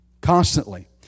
Constantly